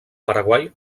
paraguai